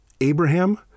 Abraham